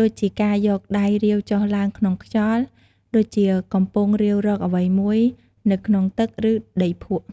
ដូចជាការយកដៃរាវចុះឡើងក្នុងខ្យល់ ដូចជាកំពុងរាវរកអ្វីមួយនៅក្នុងទឹក ឬដីភក់។